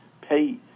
pay